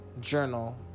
journal